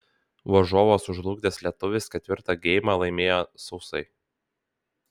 varžovą sužlugdęs lietuvis ketvirtą geimą laimėjo sausai